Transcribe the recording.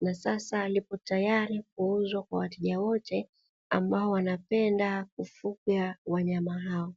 na sasa lipo tayari kuuzwa kwa wateja wote ambao wanapenda kufuga wanyama hao.